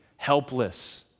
Helpless